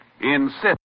insist